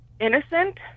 innocent